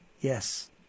Yes